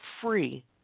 free